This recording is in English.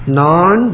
non